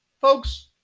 folks